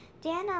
Dana